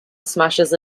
smashes